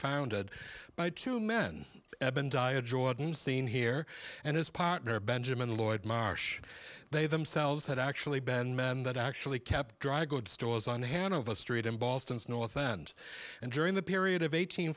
founded by two men eben daya jordan seen here and his partner benjamin lloyd marsh they themselves had actually been men that actually kept dry goods stores on hanover street in boston's north end and during the period of eighteen